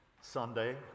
Sunday